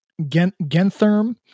Gentherm